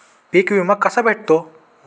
पीक विमा कसा भेटतो?